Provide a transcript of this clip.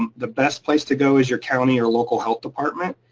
um the best place to go is your county or local health department.